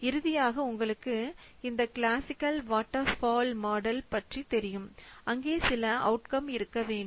இறுதியாக உங்களுக்கு இந்த கிளாசிக்கல் வாட்டர் ஃபால் மாடல் பற்றி தெரியும் அங்கே சில அவுட்கம் இருக்க வேண்டும்